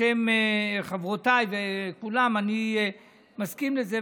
בשם חברותיי וכולם אני מסכים לזה,